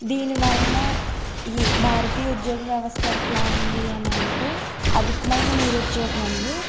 దీని వలన ఈ భారతీయ ఉద్యోగ వ్యవస్థ ఎట్లా ఉంది అనంటే అధికమైన నిరుద్యోగం ఉంది